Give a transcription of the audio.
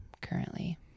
currently